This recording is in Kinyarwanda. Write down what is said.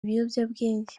ibiyobyabwenge